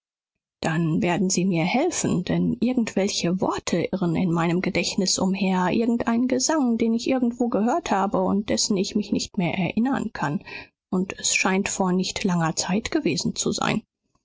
dann werden sie mir helfen denn irgendwelche worte irren in meinem gedächtnis umher irgendein gesang den ich irgendwo gehört habe und dessen ich mich nicht mehr erinnern kann und es scheint vor nicht langer zeit gewesen zu sein